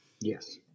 Yes